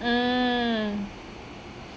mm